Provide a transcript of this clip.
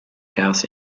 house